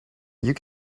you